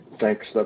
thanks